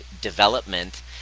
development